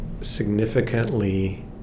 significantly